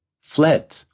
fled